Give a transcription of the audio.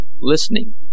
listening